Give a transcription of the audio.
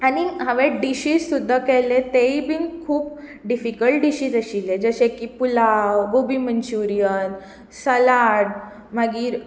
आनी हांवेन डिशीज जे केल्ले तेवूय खूप डिफिकल्ट डिशीज आशिल्ले जशे की पुलाव गोबी मंच्यूरीयन सलाड मागीर